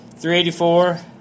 384